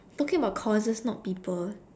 talking about courses not people